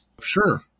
Sure